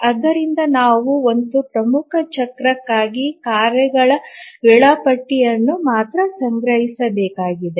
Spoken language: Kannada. ಆದ್ದರಿಂದ ನಾವು ಒಂದು ಪ್ರಮುಖ ಚಕ್ರಕ್ಕಾಗಿ ಕಾರ್ಯಗಳ ವೇಳಾಪಟ್ಟಿಯನ್ನು ಮಾತ್ರ ಸಂಗ್ರಹಿಸಬೇಕಾಗಿದೆ